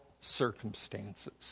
circumstances